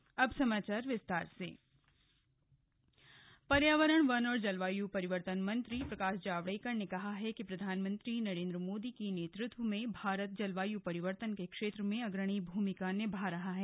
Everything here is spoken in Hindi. अब समाचार विस्तार से प्रकाश जावडेकर पर्यावरण वन और जलवायु परिवर्तन मंत्री प्रकाश जावडेकर ने कहा है कि प्रधानमंत्री नरेन्द्र मोदी के नेतृत्व में भारत जलवायु परिवर्तन के क्षेत्र में अग्रणी भूमिका निभा रहा है